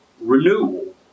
renewal